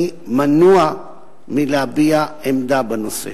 אני מנוע מלהביע עמדה בנושא.